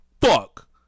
fuck